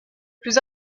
plus